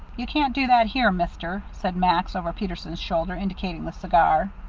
you can't do that here, mister, said max, over peterson's shoulder, indicating the cigar.